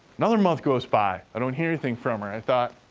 another month goes by, i don't hear anything from her. i thought,